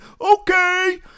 okay